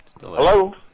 Hello